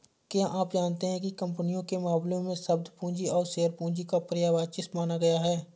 क्या आप जानते है कंपनियों के मामले में, शब्द पूंजी और शेयर पूंजी को पर्यायवाची माना गया है?